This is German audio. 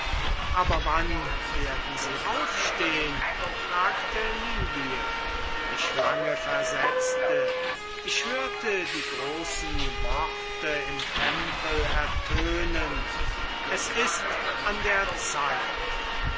aber wann werden sie aufstehn fragte lilie die schlange versetzte ich hörte die großen worte im tempel ertönen es ist an der zeit